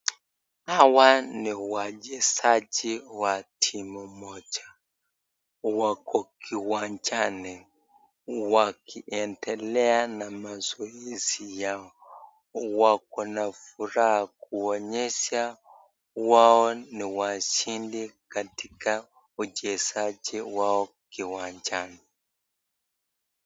Hawa ni wachezaji wa timu moja . Wako kiwanjani wakiendelea na mazoezi yao . Wako na furaha kuonesha wao ni washindi katika uchezaji wao kiwanjani.